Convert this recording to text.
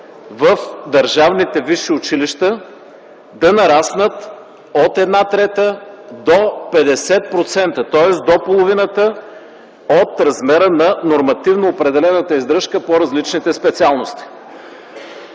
в държавните висши училища, да нараснат от една трета до 50%, тоест до половината от размера на нормативно определената издръжка по различните специалности.